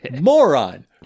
moron